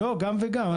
לא, גם וגם.